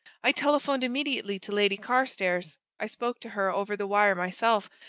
i telephoned immediately to lady carstairs i spoke to her over the wire myself,